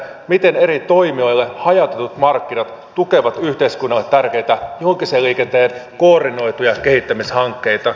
miten eri toimijoille hajautetut markkinat tukevat yhteiskunnalle tärkeitä julkisen liikenteen koordinoituja kehittämishankkeita